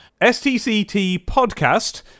stctpodcast